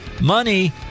money